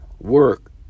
work